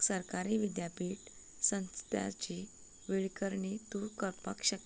सरकारी विद्यापीठ संस्थांची वळेरी तूं करपाक शकता